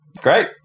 great